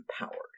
empowered